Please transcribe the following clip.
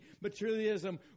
materialism